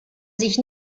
sich